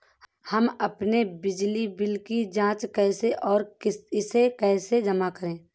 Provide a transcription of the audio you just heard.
हम अपने बिजली बिल की जाँच कैसे और इसे कैसे जमा करें?